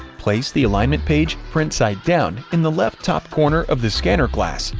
place the alignment page print-side down in the left top corner of the scanner glass,